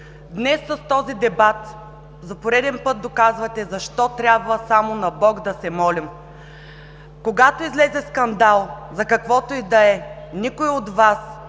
Днес с този дебат за пореден път доказвате защо трябва само на Бог да се молим! Когато излезе скандал, за каквото и да е, никой от Вас